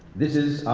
this is,